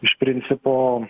iš principo